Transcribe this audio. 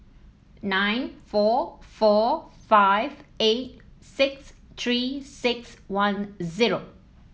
nine four four five eight six Three six one zero